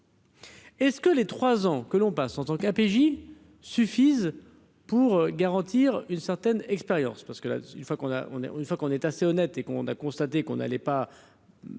Est ce que les trois ans que l'on passe en tant qu'PJ suffisent pour garantir une certaine expérience.